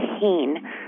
pain